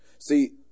See